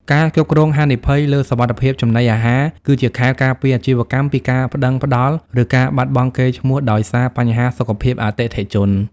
ការគ្រប់គ្រងហានិភ័យ លើសុវត្ថិភាពចំណីអាហារ គឺជាខែលការពារអាជីវកម្មពីការប្ដឹងផ្ដល់ ឬការបាត់បង់កេរ្តិ៍ឈ្មោះដោយសារបញ្ហាសុខភាពអតិថិជន។